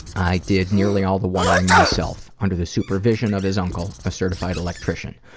i did nearly all the wiring myself under the supervision of his uncle, a certified electrician.